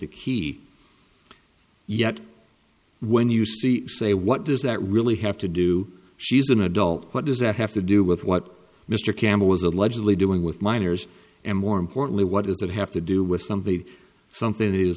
the key yet when you see say what does that really have to do she's an adult what does that have to do with what mr campbell was allegedly doing with minors and more importantly what does that have to do with somebody something